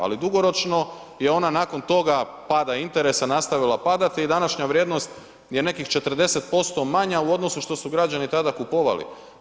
Ali dugoročno je ona nakon toga pada interesa nastavila padati i današnja vrijednost je nekih 40% manja u odnosu što su građani tada kupovali.